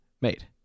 made